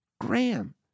Graham